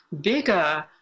bigger